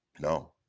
No